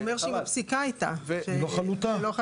מה הם אומרים אותי לא מעניין.